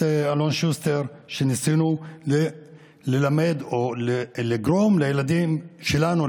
אלון שוסטר וניסינו ללמד או לגרום לילדים שלנו,